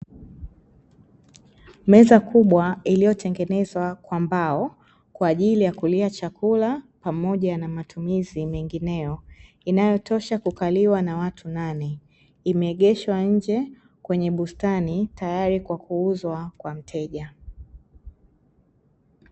Meza kubwa iliyotengenezwa kwa mbao kwa ajili ya kulia chakula pamoja na matumizi mengineyo, inayotosha kukaliwa na watu nane. Imeegeshwa nje kwenye bustani tayari kwa kuuzwa kwa mteja.